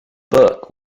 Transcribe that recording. book